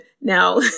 Now